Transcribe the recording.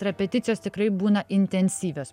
repeticijos tikrai būna intensyvios